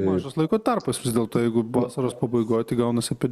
mažas laiko tarpas vis dėlto jeigu vasaros pabaigoj tai gaunasi apie